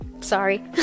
sorry